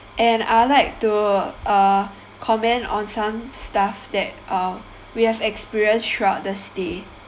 and I'd like to uh comment on some stuff that uh we have experience throughout the stay